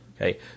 Okay